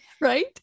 Right